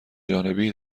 جانبی